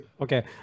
Okay